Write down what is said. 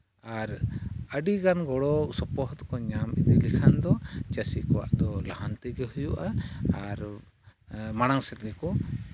ᱟᱨ ᱟᱹᱰᱤᱜᱟᱱ ᱜᱚᱲᱚ ᱥᱚᱯᱚᱦᱚᱫ ᱠᱚ ᱧᱟᱢ ᱤᱫᱤ ᱞᱮᱠᱷᱟᱱ ᱫᱚ ᱪᱟᱹᱥᱤ ᱠᱚᱣᱟᱜ ᱫᱚ ᱞᱟᱦᱟᱱᱛᱤᱜᱮ ᱦᱩᱭᱩᱜᱼᱟ ᱟᱨ ᱢᱟᱲᱟᱝ ᱥᱮᱫ ᱜᱮᱠᱚ